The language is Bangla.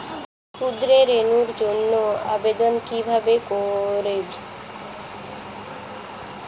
ক্ষুদ্র ঋণের জন্য আবেদন কিভাবে করব?